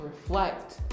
reflect